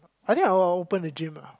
I think I will open a gym ah